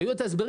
היו את ההסברים,